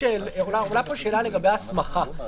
עולה פה שאלה לגבי הסמכה.